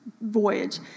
voyage